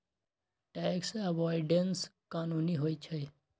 tax avoidance कानूनी होइ छइ